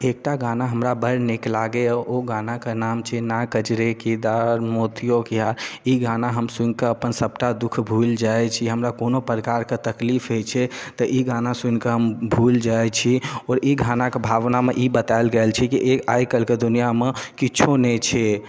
एकटा गाना हमरा बड़ नीक लागैया ओ गानाके नाम छियै ई गाना हम सुनि कऽ अपन सभटा दु ख भुलि जाइ छी हमरा कोनो प्रकार के तकलीफ अछि तऽ ई गाना सुनि कऽ हम भुलि जाइ छी आओर ई गाना के भावना मे ई बतायल गेल छै कि एहि आइ कल्हि के दुनिआ मे किछो नहि छियै